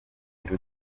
iruta